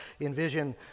envision